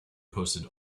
posted